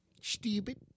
Stupid